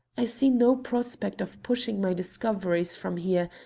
i see no prospect of pushing my discoveries from here,